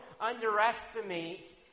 underestimate